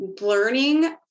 learning